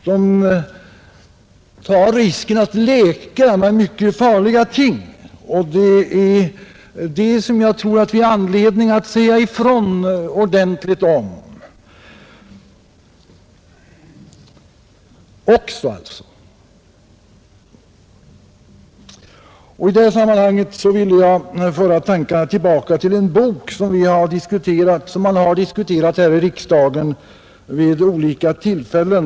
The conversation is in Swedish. De tar risken att leka med mycket farliga ting. Jag tror att det finns anledning att säga ifrån allvarligt även om detta. att komma till att komma till rätta med narkotikaproblemet I detta sammanhang vill jag föra tankarna tillbaka till en bok som man har diskuterat här i riksdagen vid olika tillfällen.